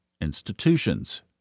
institutions